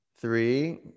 Three